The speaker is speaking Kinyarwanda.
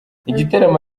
igitaramo